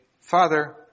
Father